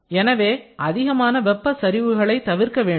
எனவே அதிகமான வெப்ப சரிவுகளை தவிர்க்க வேண்டும்